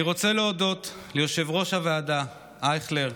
אני רוצה להודות ליושב-ראש הוועדה אייכלר,